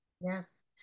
Yes